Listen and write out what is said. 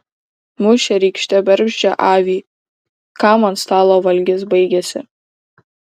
mušė rykšte bergždžią avį kam ant stalo valgis baigėsi